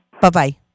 Bye-bye